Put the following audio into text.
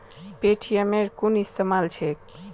पेटीएमेर कुन इस्तमाल छेक